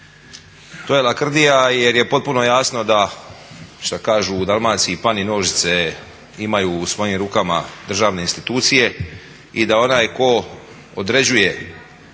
To je lakrdija jer je potpuno jasno da što kažu u Dalmaciji pani … /Govornik se ne razumije./… imaju u svojim rukama državne institucije i da onaj tko određuje